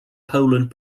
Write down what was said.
poland